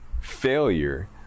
failure